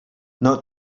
not